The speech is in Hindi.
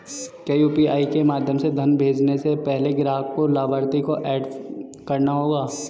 क्या यू.पी.आई के माध्यम से धन भेजने से पहले ग्राहक को लाभार्थी को एड करना होगा?